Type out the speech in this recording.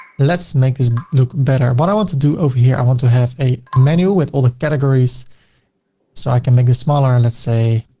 let's make this look better. what i want to do over here. i want to have a menu with all the categories so i can make this smaller and let's say